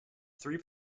three